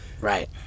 right